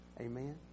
Amen